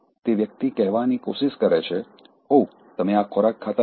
તે વ્યક્તિ કહેવાની કોશિશ કરે છે ઓહ તમે આ ખોરાક ખાતા નથી